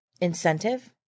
incentive